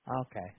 Okay